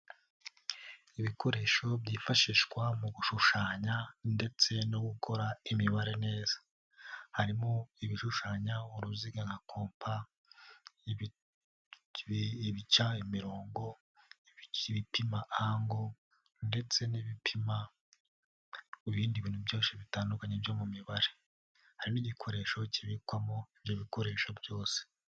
Ibikoresho byifashishwa mu gushushanya ndetse no gukora imibare neza. Harimo ibishushanya uruziga nka kompa, ibica imirongo, ibipima ango ndetse n'ibipima mu bindi bintu byose bitandukanye byo mu mibare. Harimo igikoresho kibikwamo ibyo bikoresho byose.